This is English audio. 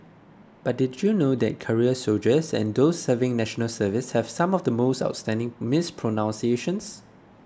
but did you know that career soldiers and those serving National Service have some of the most outstanding mispronunciations